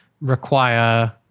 require